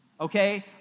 okay